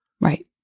Right